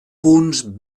punts